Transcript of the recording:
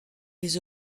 les